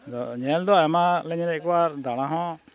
ᱟᱫᱚ ᱧᱮᱞ ᱫᱚ ᱟᱭᱢᱟᱞᱮ ᱧᱮᱞᱮᱫ ᱠᱚᱣᱟ ᱫᱟᱬᱟ ᱦᱚᱸ